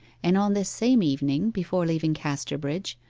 and on this same evening, before leaving casterbridge,